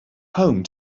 home